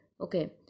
Okay